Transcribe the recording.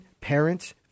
parents